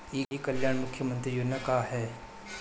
ई कल्याण मुख्य्मंत्री योजना का है?